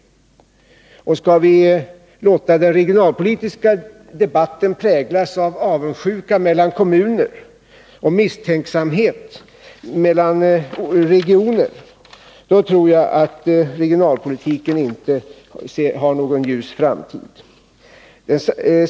Skall vi låta den regionalpolitiska debatten präglas av avundsjuka mellan kommuner och misstänksamhet mellan regioner, då tror jag inte att regionalpolitiken har någon ljus framtid.